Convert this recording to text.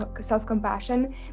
self-compassion